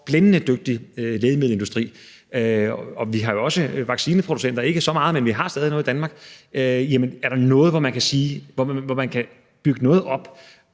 blændende dygtig lægemiddelindustri, og vi har også vaccineproduktion – ikke så meget, men vi har stadig noget i Danmark. Men er der noget, hvor vi kunne sige, at man kunne bygge noget op,